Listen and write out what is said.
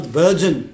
virgin